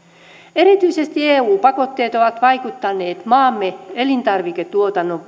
erityisesti eu pakotteet ovat vaikuttaneet maamme elintarviketuotannon